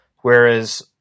Whereas